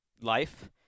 life